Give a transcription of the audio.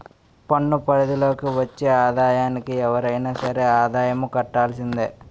పన్ను పరిధి లోకి వచ్చే ఆదాయానికి ఎవరైనా సరే ఆదాయపు కట్టవలసిందే